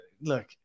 Look